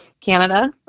Canada